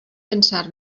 pensar